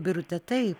birute taip